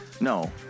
no